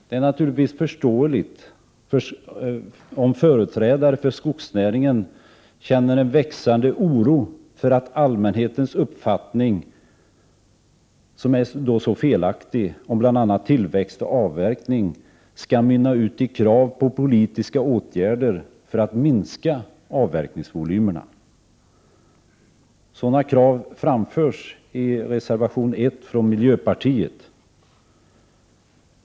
Det är naturligtvis förståeligt om företrädare för skogsnäringen känner en växande oro för att allmänhetens uppfattning om bl.a. tillväxt och avverkning, som är så felaktig, skall mynna ut i krav på politiska åtgärder för att minska avverkningsvolymerna. Sådana krav framförs i reservation 1 från miljöpartiet.